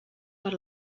per